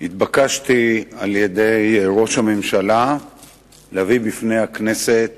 התבקשתי על-ידי ראש הממשלה להביא בפני הכנסת